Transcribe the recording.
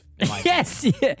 Yes